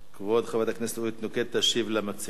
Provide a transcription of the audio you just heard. כבוד חברת הכנסת אורית נוקד, תשיב למציעים.